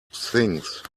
things